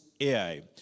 Ai